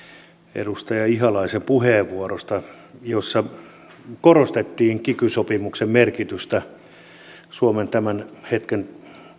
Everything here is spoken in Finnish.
edustaja ihalaisen puheenvuorosta jossa korostettiin kiky sopimuksen merkitystä suomen tämän hetken